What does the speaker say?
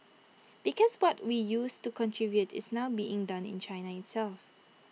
because what we used to contribute is now being done in China itself